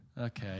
Okay